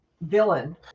villain